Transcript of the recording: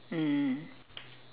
mm